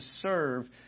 serve